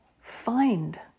find